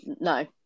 no